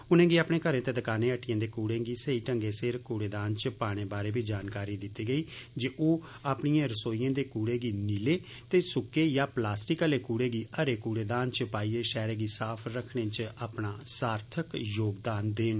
उनेंगी अपने घरें ते दकाने हट्टिंग दे कूड़े गी सेई ढंगै सिर कूड़ेदान च पाने बारे बी जानकारी दित्ती गेई जे ओह अपनिएं रसोइएं दे कूड़े गी नीले ते सुक्के जां प्लास्टिक आले कूड़े गी हरे कूड़े दान च पाइयै पैहरै गी साफ रखने च अपना सार्थक योगदान देन